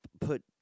put